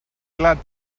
glad